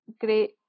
great